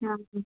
हां